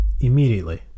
immediately